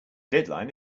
deadline